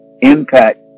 Impact